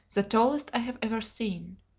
the tallest i have ever seen.